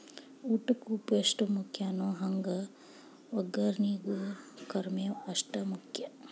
ಊಟಕ್ಕ ಉಪ್ಪು ಎಷ್ಟ ಮುಖ್ಯಾನೋ ಹಂಗ ವಗ್ಗರ್ನಿಗೂ ಕರ್ಮೇವ್ ಅಷ್ಟ ಮುಖ್ಯ